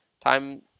time